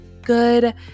good